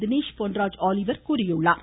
Dinesh Ponraj Oliver தெரிவித்திருக்கிறார்